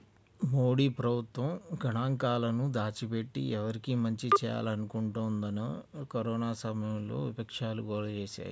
మోదీ ప్రభుత్వం గణాంకాలను దాచిపెట్టి, ఎవరికి మంచి చేయాలనుకుంటోందని కరోనా సమయంలో విపక్షాలు గోల చేశాయి